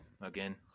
again